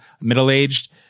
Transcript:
middle-aged